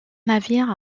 navires